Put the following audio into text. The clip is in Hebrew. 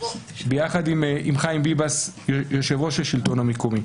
ביחד עם חיים ביבס יושב-ראש השלטון המקומי